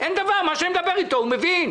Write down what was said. מה שאני מדבר איתו הוא מבין.